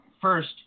first